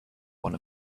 one